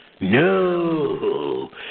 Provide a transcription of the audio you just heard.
No